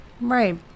right